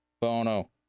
Bono